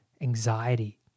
anxiety